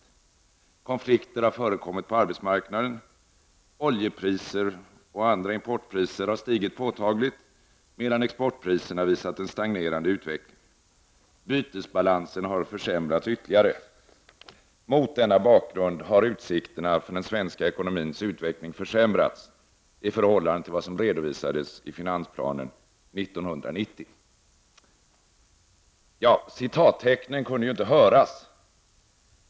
Konflikter har förekommit på arbetsmarknaden. Oljepriserna och andra importpriser har stigit påtagligt, medan exportpriserna visat en stagnerande utveckling. Bytesbalansen har försämrats ytterligare. -——- Mot denna bakgrund har utsikterna för den svenska ekonomins utveckling försämrats, i förhållande till vad som redovisades i finansplanen 1990.” Ja, citattecknen kunde inte höras.